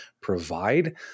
provide